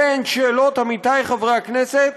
אלה שאלות, עמיתיי חברי הכנסת,